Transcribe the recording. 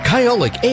Kyolic